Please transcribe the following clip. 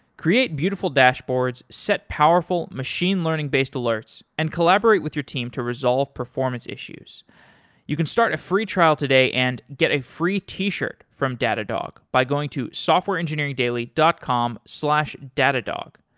create beautiful dashboards, set powerful machine learning-based alerts and collaborate with your team to resolve performance issues you can start a free trial today and get a free t-shirt from datadog, by going to softwareengineeringdaily dot com slash datadog.